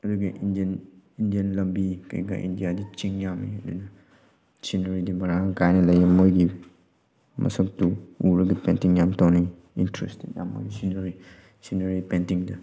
ꯑꯗꯨꯒ Indian India ꯂꯝꯕꯤ ꯀꯩꯀꯥ ꯏꯟꯗꯤꯌꯥꯗꯤ ꯆꯤꯡ ꯌꯥꯝꯃꯤ ꯑꯗꯨꯅ ꯁꯤꯅꯔꯤꯗꯨ ꯃꯔꯥꯡ ꯀꯥꯏꯅ ꯂꯩ ꯃꯣꯏꯒꯤ ꯃꯁꯛꯇꯨ ꯎꯔꯒ ꯄꯦꯟꯇꯤꯡ ꯌꯥꯝ ꯇꯧꯅꯤꯡꯉꯤ ꯏꯟꯇꯔꯦꯁꯇꯤꯡ ꯌꯥꯝ ꯑꯣꯏ ꯁꯤꯅꯔꯤ ꯁꯤꯅꯔꯤ ꯄꯦꯟꯇꯤꯡꯗ